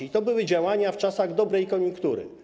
I to było działania w czasach dobrej koniunktury.